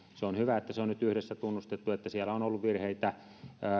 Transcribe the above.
on hyvä että se on nyt yhdessä tunnustettu että siellä on ollut virheitä